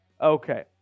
Okay